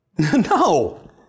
No